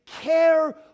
care